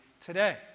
today